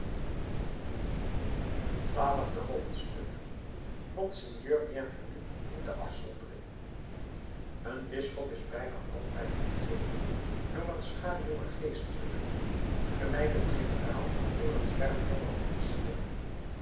twaalfde hoofdstuk monseigneur bienvenu in de afzondering een bisschop is bijna altijd omgeven door een schaar jonge geestelijken gelijk een generaal door een zwerm jonge officieren